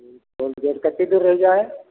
toll gate कितनी देर रह गया है